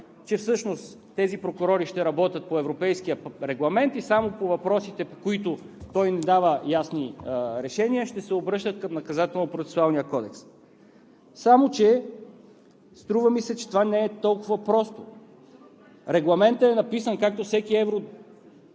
че всъщност тези прокурори ще работят по Европейския регламент и само по въпросите, по които той не им дава ясни решения, ще се обръщат към Наказателно-процесуалния кодекс. Само че струва ми се, че това не е толкова просто. Регламентът като всеки